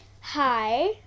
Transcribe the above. Hi